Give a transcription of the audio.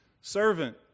Servant